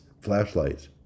flashlights